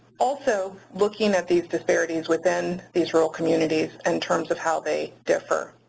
also, looking at these disparities within these rural communities in terms of how they differ.